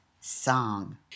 song